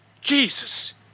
Jesus